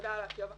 תודה על ההקשבה.